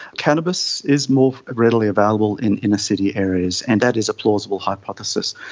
cannabis is more readily available in inner-city areas and that is a plausible hypothesis.